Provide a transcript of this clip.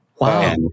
Wow